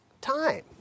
time